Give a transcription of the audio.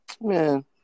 Man